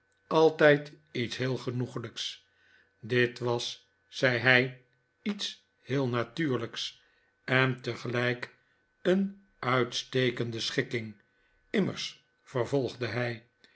altijd iets heel genoeglijks dit was zei hij iets heel natuurlijks en tegelijk een uitstekende schikking immers vervolgde hij